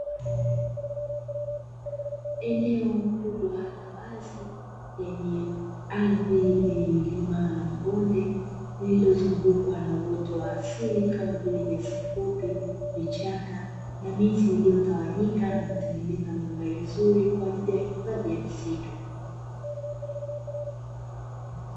Ardhi yenye milima na mabonde